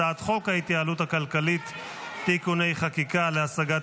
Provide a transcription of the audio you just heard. הצעת חוק ההתייעלות הכלכלית (תיקוני חקיקה להשגת